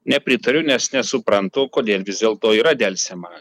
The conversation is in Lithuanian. nepritariu nes nesuprantu kodėl vis dėlto yra delsiama